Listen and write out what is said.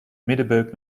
middenbeuk